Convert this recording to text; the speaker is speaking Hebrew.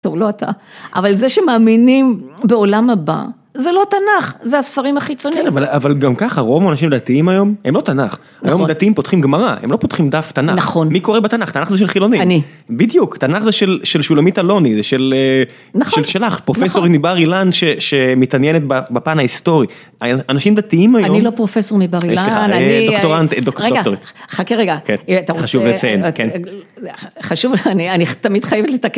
טוב, לא אתה. אבל זה שמאמינים בעולם הבא זה לא תנ״ך, זה ספרים החיצוניים. כן, אבל גם ככה רוב האנשים דתיים היום הם לא תנ״ך. היום היום דתיים פותחים גמרה, הם לא פותחים דף תנ״ך. נכון, מי קורא בתנ״ך? תנ״ך זה של חילונים. אני. בדיוק. תנ״ך זה של שולמית אלוני, זה של...של, שלך. פרופסור מבר אילן שמתעניינת בפן ההיסטורית אנשים דתיים היום, אני לא פרופסור מבר אילן, אני, סליחה, דוקטורנטית...אה דוקטורית, חכה רגע, חשוב לציין, חשוב, אני תמיד חייבת לתקן.